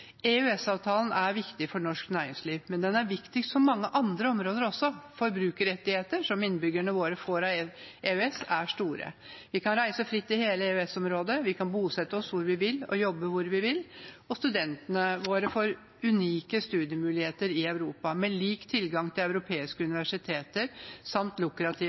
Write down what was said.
EØS-avtalen er viktig for norsk næringsliv, men den er viktig for mange andre områder også. Forbrukerrettighetene som innbyggerne våre får gjennom EØS, er store. Vi kan reise fritt i hele EØS-området. Vi kan bosette oss hvor vi vil, og jobbe hvor vi vil. Studentene våre får unike studiemuligheter i Europa, med lik tilgang til europeiske universiteter samt